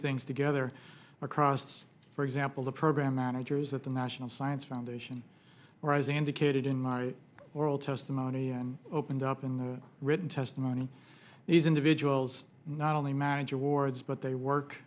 things together across for example the program managers at the national science foundation where as indicated in my oral testimony and opened up in the written testimony these individuals not only manage awards but they work